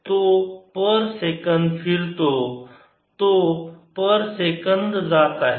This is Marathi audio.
तो पर सेकंद फिरतो तो पर सेकंद जात आहे